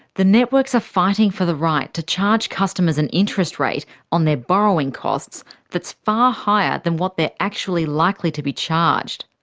the networks are fighting for the right to charge customers an interest rate on their borrowing costs that's far higher than what they're actually likely to be charged.